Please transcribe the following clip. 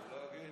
זה לא גינזבורג,